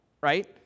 right